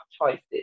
choices